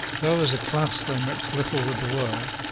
though, as a class, they mixed little with the world,